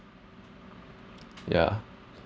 yeah